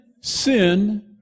sin